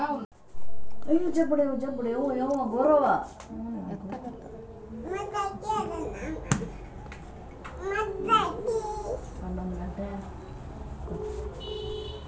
ಜಾಸ್ತಿ ರೊಕ್ಕಾ ಇರವು ಬೆಳಿಗೊಳ್ ಅಂದುರ್ ಅಕ್ಕಿ, ಸಕರಿ, ಕಬ್ಬು, ಮತ್ತ ಕೋಕೋ ಅವಾ